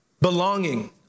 Belonging